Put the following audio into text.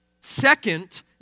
Second